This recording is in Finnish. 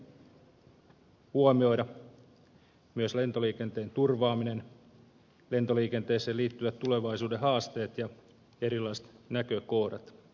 liikennepoliittisesti tulee huomioida myös lentoliikenteen turvaaminen lentoliikenteeseen liittyvät tulevaisuuden haasteet ja erilaiset näkökohdat